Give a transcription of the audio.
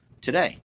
today